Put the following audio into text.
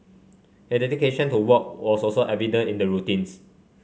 he dedication to work was also evident in the routines